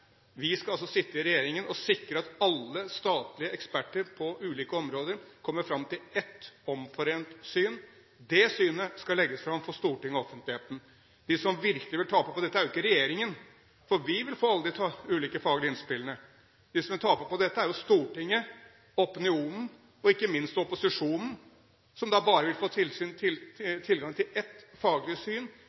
Vi skal altså sitte i regjeringen og sikre at alle statlige eksperter på ulike områder kommer fram til ett omforent syn. Det synet skal legges fram for Stortinget og offentligheten. De som virkelig vil tape på dette, er ikke regjeringen, for vi vil få alle de ulike faglige innspillene. De som vil tape på dette, er jo Stortinget, opinionen og – ikke minst – opposisjonen, som da bare vil få tilgang til ett faglig syn,